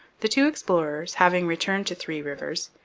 the two explorers, having returned to three rivers,